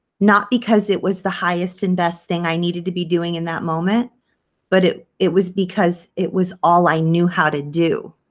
not because it was the highest and best thing i needed to be doing in that moment but it it was because it was all i knew how to do.